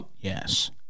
Yes